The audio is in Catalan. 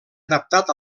adaptat